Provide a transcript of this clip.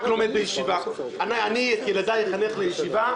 לומד בישיבה אני את ילדיי אחנך להיות בישיבה,